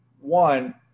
one